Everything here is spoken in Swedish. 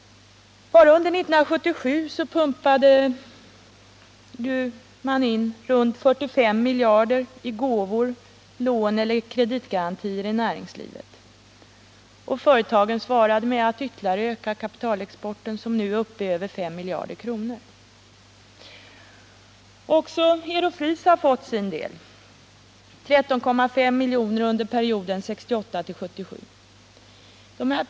Bara under 1977 pumpade man in ca 45 miljarder i näringslivet i form av gåvor, lån eller kreditgarantier, och företagen svarade med att ytterligare öka kapitalexporten, som nu är uppe i över 5 miljarder kronor. Också Ero-Frys har fått sin del, 13,5 miljoner under perioden 1968-1977.